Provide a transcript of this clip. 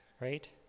right